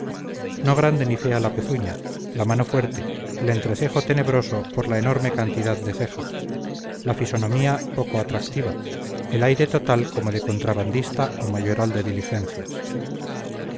no grande ni fea la pezuña la mano fuerte el entrecejo tenebroso por la enorme cantidad de ceja la fisonomía poco atractiva el aire total como de contrabandista o mayoral de diligencias